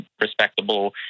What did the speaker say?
respectable